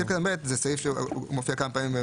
סעיף קטן (ב) הוא סעיף שמופיע כמה פעמים,